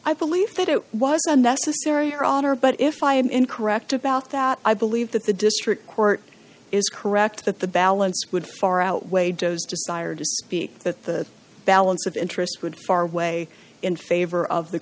i believe that it was unnecessary your honor but if i am incorrect about that i believe that the district court is correct that the balance would far outweigh doe's desire to speak that the balance of interests would far away in favor of the